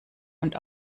und